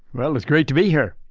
well, it's great to be here.